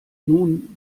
nun